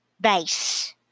base